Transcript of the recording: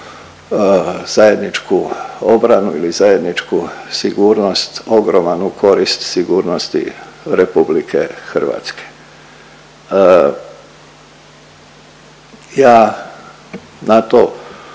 zajedničku obranu ili zajedničku sigurnost, ogroman u korist sigurnosti RH. Ja na to